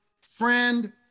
friend